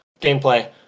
gameplay